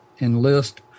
enlist